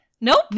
Nope